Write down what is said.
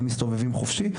הם מסתובבים חופשי.